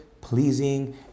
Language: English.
pleasing